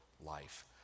life